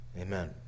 Amen